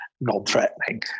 non-threatening